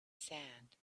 sand